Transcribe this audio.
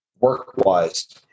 work-wise